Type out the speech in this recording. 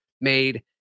Made